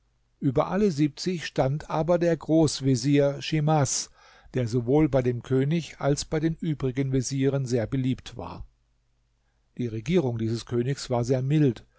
über alle siebzig stand aber der großvezier schimas der sowohl bei dem könig als bei den übrigen vezieren sehr beliebt war die regierung dieses königs war sehr mild